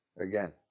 Again